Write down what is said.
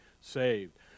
saved